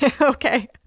Okay